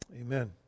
amen